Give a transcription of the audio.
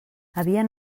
havien